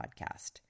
podcast